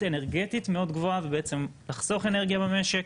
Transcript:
אנרגטית מאוד גבוהה ובעצם לחסוך אנרגיה במשק.